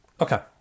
okay